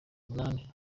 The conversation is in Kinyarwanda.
umunani